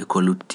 e ko lutti.